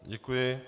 Děkuji.